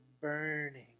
burning